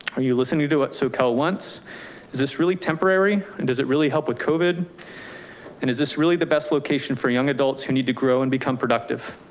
are you listening to what socal wants. is this really temporary and does it really help with covid and is this really the best location for young adults who need to grow and become productive?